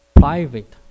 private